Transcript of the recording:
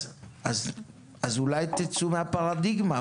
אז אולי תצאו מהפרדיגמה?